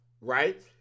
right